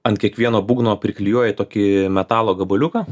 ant kiekvieno būgno priklijuoji tokį metalo gabaliuką